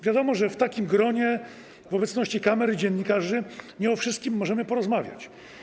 Wiadomo, że w takim gronie w obecności kamer i dziennikarzy nie o wszystkim możemy porozmawiać.